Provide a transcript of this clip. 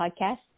podcast